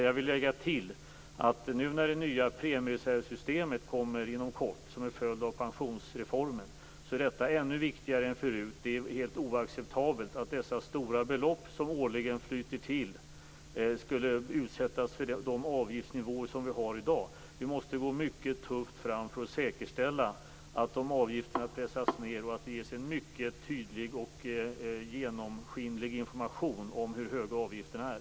Jag vill tillägga att det nya premiereservsystemet nu kommer inom kort som en följd av pensionsreformen. Därmed blir denna fråga ännu viktigare än förut. Det är helt oacceptabelt att de stora belopp som årligen flyter till skulle utsättas för de avgiftsnivåer vi har i dag. Vi måste gå mycket tufft fram för att säkerställa att avgifterna pressas ned och att det ges en mycket tydlig och genomskinlig information om hur höga avgifterna är.